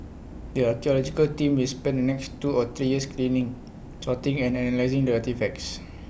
if we break down tasks not all of them require the creativity or experience deemed irreplaceable